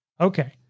Okay